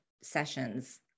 sessions